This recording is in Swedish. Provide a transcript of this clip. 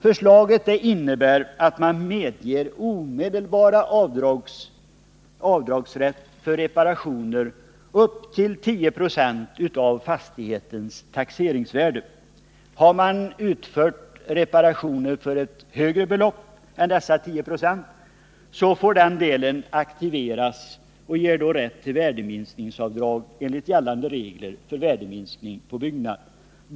Förslaget innebär att man medger omedelbar avdragsrätt för reparationskostnad upp till 10 96 av fastighetens taxeringsvärde. Har man utfört reparationer för ett högre belopp än dessa 10 96 får denna del aktiveras och ger då rätt till värdeminskningsavdrag enligt gällande regler för värdeminskning av byggnad.